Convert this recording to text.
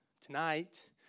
tonight